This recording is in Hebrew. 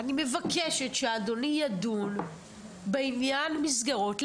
אני מבקשת שאדוני ידון בעניין מסגרות לנשים.